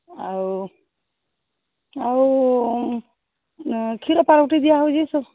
ଆଉ ଆଉ କ୍ଷୀର ପାଉଁରୁଟି ଦିଆ ହେଉଛି ସବୁ